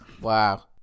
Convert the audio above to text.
Wow